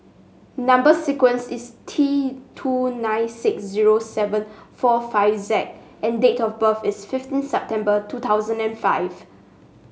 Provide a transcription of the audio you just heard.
number sequence is T two nine six zero seven four five Z and date of birth is fifteen September two thousand and five